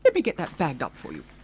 but me get that bagged up for you,